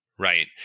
Right